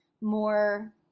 more